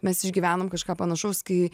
mes išgyvenom kažką panašaus kai